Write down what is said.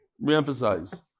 re-emphasize